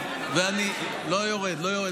לא יורד, לא יורד.